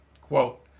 Quote